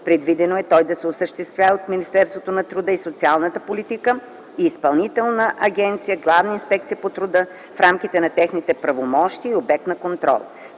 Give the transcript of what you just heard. Предвидено е той да се осъществява от Министерството на труда и социалната политика и Изпълнителна агенция „Главна инспекция по труда” в рамките на техните правомощия и обект на контрол.